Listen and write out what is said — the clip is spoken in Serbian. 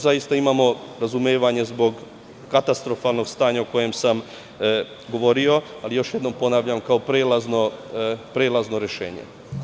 Zaista imamo razumevanja zbog katastrofalnog stanja o kojem sam govorio, ali još jednom ponavljam – kao prelazno rešenje.